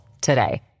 today